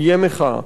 תהיה מחאה.